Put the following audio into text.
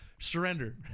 Surrender